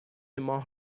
ماه